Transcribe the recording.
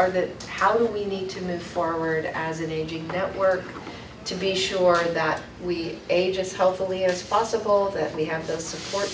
are the how do we need to move forward as an aging network to be sure that we age as hopefully as possible that we have the support